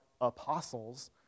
apostles